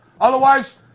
Otherwise